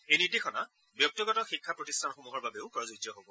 এই নিৰ্দেশনা ব্যক্তিগত শিক্ষা প্ৰতিষ্ঠানসমূহৰ বাবেও প্ৰযোজ্য হ'ব